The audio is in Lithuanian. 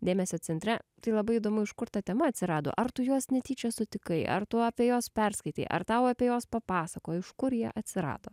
dėmesio centre tai labai įdomu iš kur ta tema atsirado ar tu juos netyčia sutikai ar tu apie juos perskaitei ar tau apie juos papasakojo iš kur jie atsirado